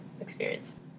experience